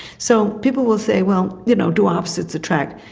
so people will say well you know do opposites attract?